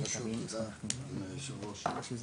אדוני היו"ר.